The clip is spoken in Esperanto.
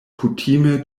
kutime